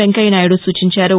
వెంకయ్యనాయుడు సూచించారు